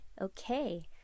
Okay